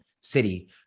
City